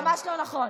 ממש לא נכון.